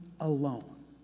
alone